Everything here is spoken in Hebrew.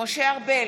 משה ארבל,